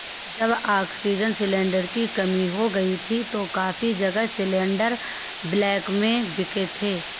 जब oxygen cylinder की कमी हो गई थी तो काफी जगह सिलेंडरस ब्लैक में बिके थे